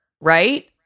right